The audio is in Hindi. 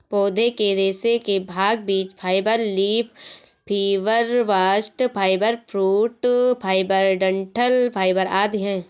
पौधे के रेशे के भाग बीज fibre, leaf fibre, bast fibre, fruit fibre, डंठल फाइबर आदि है